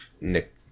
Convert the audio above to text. Nick